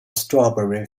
strawberry